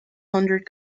hundred